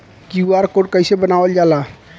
QR code कइसे बनवाल जाला?